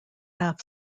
half